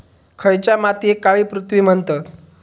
खयच्या मातीयेक काळी पृथ्वी म्हणतत?